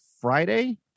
Friday